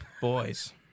boys